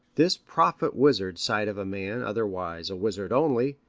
this prophet-wizard side of a man otherwise a wizard only,